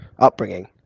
upbringing